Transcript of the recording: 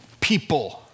people